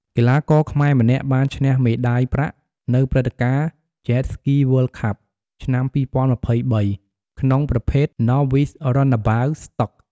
កីឡាករខ្មែរម្នាក់ បានឈ្នះមេដាយប្រាក់នៅព្រឹត្តិការណ៍ Jet Ski World Cup ឆ្នាំ ២០២៣ ក្នុងប្រភេទ Novice Runabout Stock។